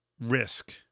risk